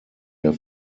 der